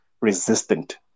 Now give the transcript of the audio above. resistant